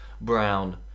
brown